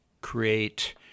create